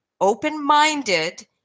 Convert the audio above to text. open-minded